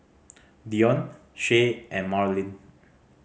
Deonte Shay and Marlin